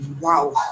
wow